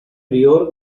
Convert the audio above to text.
prior